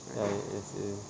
ya it is it is